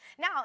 now